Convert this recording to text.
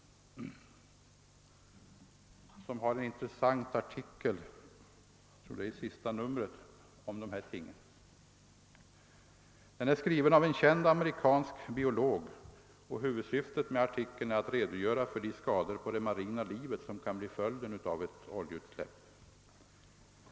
Där finns en intressant artikel om dessa ting, jag tror att det är i senaste numret. Artikeln är skriven av en känd amerikansk biolog, och huvudsyftet med artikeln är att redogöra för de skador på det marina livet som kan bli följden av ett oljeutsläpp.